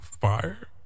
Fire